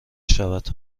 شود